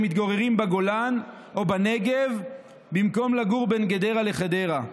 מתגוררים בגולן או בנגב במקום לגור בין גדרה לחדרה.